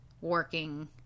working